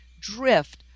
drift